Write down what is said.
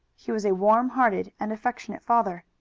he was a warm-hearted and affectionate father.